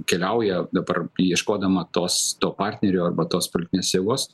keliauja dabar ieškodama tos to partnerio arba tos politinės jėgos